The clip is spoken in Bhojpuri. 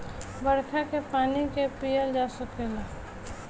बरखा के पानी के पिअल जा सकेला